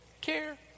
care